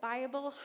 Bible